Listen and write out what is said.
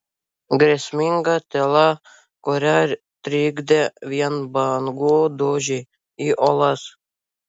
grėsminga tyla kurią trikdė vien bangų dūžiai į uolas